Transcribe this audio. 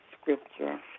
Scripture